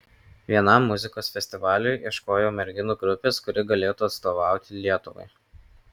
vienam muzikos festivaliui ieškojau merginų grupės kuri galėtų atstovauti lietuvai